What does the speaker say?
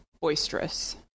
boisterous